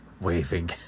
waving